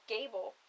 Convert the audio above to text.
Gable